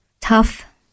tough